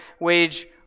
wage